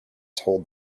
told